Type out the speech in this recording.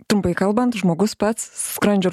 trumpai kalbant žmogus pats skrandžio